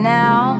now